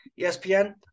ESPN